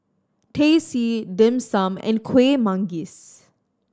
Teh C Dim Sum and Kuih Manggis